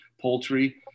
poultry